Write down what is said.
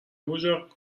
اجاق